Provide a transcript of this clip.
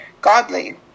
godly